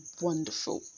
wonderful